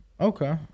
Okay